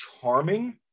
charming